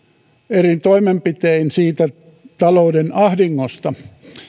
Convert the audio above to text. eri toimenpitein siitä talouden ahdingosta